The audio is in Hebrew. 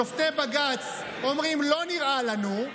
שופטי בג"ץ אומרים: לא נראה לנו,